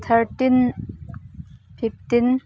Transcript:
thirteen fifteen